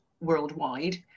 Worldwide